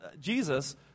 Jesus